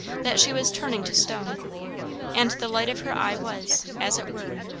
that she was turning to stone and the light of her eye was, as it were,